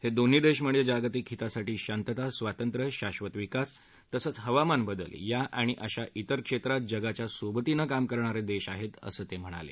हे दोन्ही देश म्हणजे जागतिक हितासाठी शांतता स्वातंत्र्य शांबत विकास तसंच हवामान बदल या आणि अशा इतर क्षेत्रात जगाच्या सोबतीनं काम करणारे देश आहेत असं ते म्हणाले